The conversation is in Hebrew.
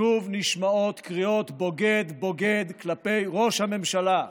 שוב נשמעות קריאות "בוגד, בוגד" כלפי ראש הממשלה.